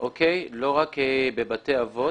לא רק בבתי אבות.